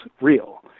real